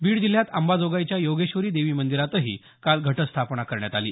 बीड जिल्ह्यात अंबाजोगाईच्या योगेश्वरी देवी मंदीरातही काल घटस्थापना करण्यात आली